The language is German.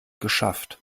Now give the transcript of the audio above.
geschafft